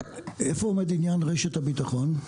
איפה עומד עניין רשת הביטחון?